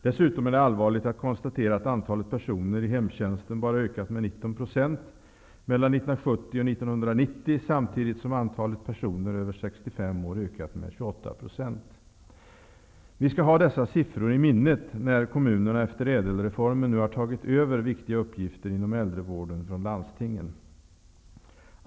Dessutom är det allvarligt att konstatera att antalet personer i hemtjänsten bara har ökat med 19 % mellan 1970 och 1990 samtidigt som antalet personer över 65 år har ökat med 28 %. Vi skall ha dessa siffror i minnet, när nu kommunerna efter ÄDEL-reformen har tagit över viktiga uppgifter inom äldrevården från landstingen.